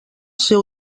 ser